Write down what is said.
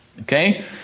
Okay